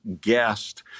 guest